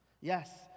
Yes